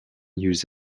use